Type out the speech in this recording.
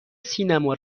سینما